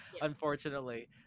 unfortunately